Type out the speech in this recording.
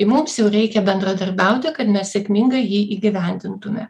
mums jau reikia bendradarbiauti kad mes sėkmingai jį įgyvendintume